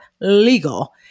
legal